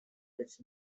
its